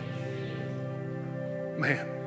Man